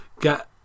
get